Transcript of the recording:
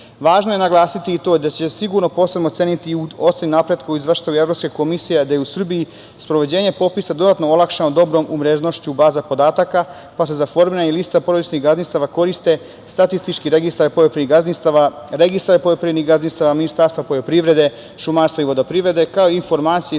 je naglasiti i to da će se sigurno posebno ceniti u oceni napretka u izveštaju Evropske komisije da je u Srbiji sprovođenje popisa dodatno olakšano dobrom umreženošću baza podataka, pa se za formiranje lista porodičnih gazdinstava koriste statistički registar poljoprivrednih gazdinstava, registar poljoprivrednih gazdinstava Ministarstva poljoprivrede, šumarstva i vodoprivrede, kao i informacije iz